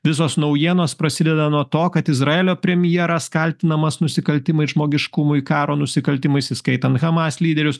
visos naujienos prasideda nuo to kad izraelio premjeras kaltinamas nusikaltimais žmogiškumui karo nusikaltimais įskaitant hamas lyderius